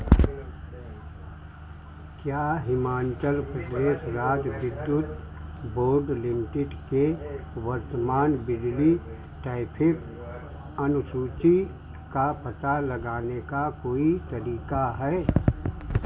क्या हिमाचल प्रदेश राज्य विद्युत बोर्ड लिमिटेड के वर्तमान बिजली टैफ़िड अनुसूची का पता लगाने का कोई तरीका है